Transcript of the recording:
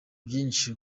byinshi